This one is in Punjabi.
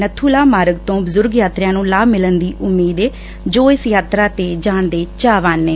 ਨੱਬੂ ਲਾ ਮਾਰਗ ਤੋਂ ਬਜੁਰਗ ਯਾਤਰੀਆਂ ਨੂੰ ਲਾਭ ਮਿਲਣ ਦੀ ਉਮੀਦ ਏ ਜੋ ਇਸ ਯਾਤਰਾ ਤੇ ਜਾਣ ਦੇ ਚਾਹਵਾਨ ਨੇ